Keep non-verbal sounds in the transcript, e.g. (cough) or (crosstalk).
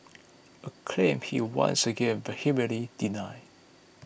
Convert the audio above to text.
(noise) a claim he once again vehemently denied